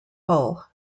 hull